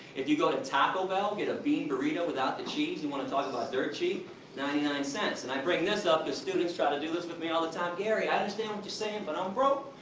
if you go to taco bell, get a bean burrito without the cheese, you wanna talk about dirt-cheap ninety nine cents. and i bring this up, cause students try to do this with me all the time, i understand what you're saying but i'm broke,